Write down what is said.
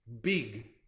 big